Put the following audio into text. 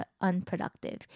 unproductive